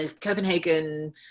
Copenhagen